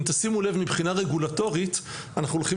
אם תשימו לב מבחינה רגולטורית אנחנו הולכים